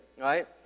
right